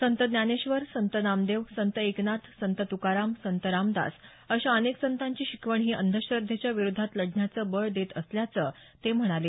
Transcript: संत ज्ञानेश्वर संत नामदेव संत एकनाथ संत तुकाराम संत रामदास अशा अनेक संतांची शिकवण ही अंधश्रद्धेच्या विरोधात लढण्याचं बळं देत असल्याचं ते म्हणाले